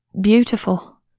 beautiful